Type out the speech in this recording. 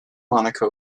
monaco